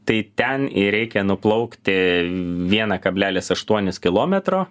tai ten į reikia nuplaukti vieną keblelis aštuonis kilometro